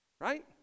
Right